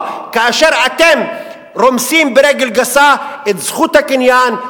כאשר אתם רומסים ברגל גסה את זכות הקניין,